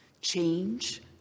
change